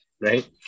right